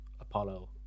Apollo